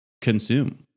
consume